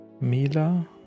Mila